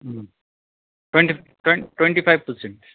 um twenty twen twenty five percent